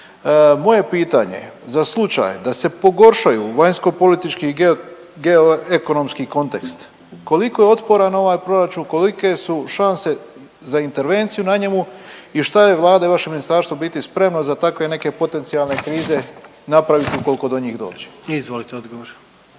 je pitanje za slučaj da se pogoršaju vanjsko-politički i geoekonomski kontekst koliko je otporan ovaj proračun, kolike su šanse za intervenciju na njemu i šta je Vlada i vaše ministarstvo biti spremno za takve neke potencijalne krize napraviti ukoliko do njih dođe? **Jandroković,